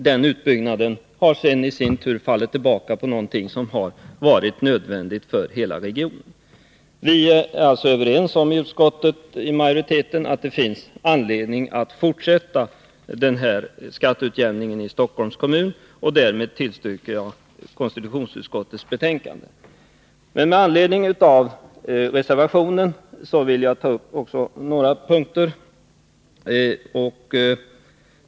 Den utbyggnaden har sedan i sin tur fallit tillbaka på något som har varit nödvändigt för hela regionen. Utskottsmajoriteten är alltså överens om att det finns anledning att fortsätta med skatteutjämningen i Stockholmsregionen, och därmed tillstyrker jag konstitutionsutskottets hemställan. Med anledning av reservationen vill jag också ta upp några punkter.